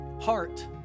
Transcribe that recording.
heart